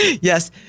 Yes